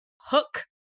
hook